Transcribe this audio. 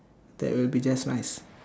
that will be just nice